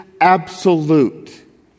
absolute